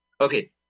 Okay